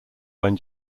when